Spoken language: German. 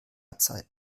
zeiten